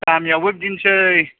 गामिआव बो बिदिनोसै